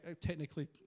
technically